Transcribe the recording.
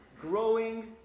growing